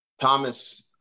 Thomas